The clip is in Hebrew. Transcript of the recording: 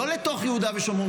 לא לתוך יהודה ושומרון,